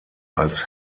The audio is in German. als